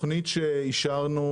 התוכנית שאישרנו